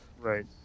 Right